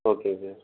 okay sir